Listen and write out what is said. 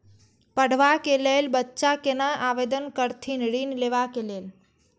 पढ़वा कै लैल बच्चा कैना आवेदन करथिन ऋण लेवा के लेल?